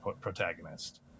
protagonist